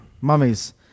Mummies